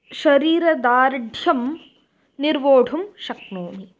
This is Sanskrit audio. शरीरदार्ढ्यं निर्वोढुं शक्नोमि